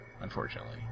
unfortunately